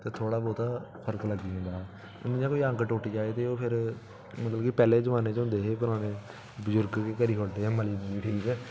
ते थोह्ड़ा बहोता फरक लग्गी जंदा हा इ'यां कोई अंग टुटी जाए ते ओह् फिर मतलब कि पैह्ले जमान्ने च होंदे हे पराने बजुरग करी ओड़दे हे मली मुलिये ठीक